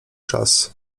czas